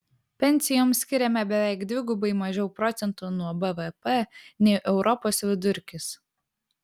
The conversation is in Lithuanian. pensijoms skiriame beveik dvigubai mažiau procentų nuo bvp nei europos vidurkis